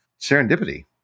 serendipity